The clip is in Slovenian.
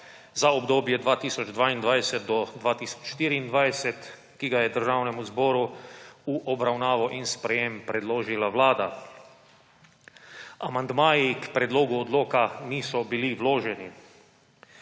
za obdobje od 2022 do 2024, ki ga je Državnemu zboru v obravnavo in sprejetje predložila Vlada. Amandmaji k predlogu odloka niso bili vloženi.